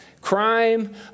Crime